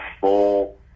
full